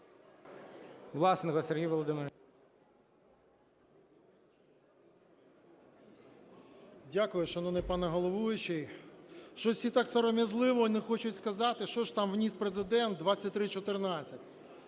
Дякую, шановний пане головуючий. Щось всі так сором'язливо не хочуть сказати, що ж там вніс Президент в 2314.